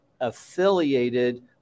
affiliated